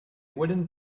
wooden